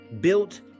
built